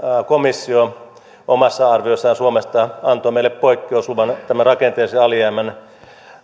komissio omassa arviossaan suomesta antoi meille poikkeusluvan tämän rakenteellisen alijäämän